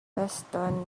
weston